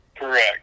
Correct